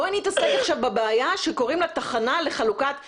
בואי נתעסק עכשיו בבעיה שקרואים לה תחנה לחלוקת מתדון,